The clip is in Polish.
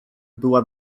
była